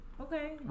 Okay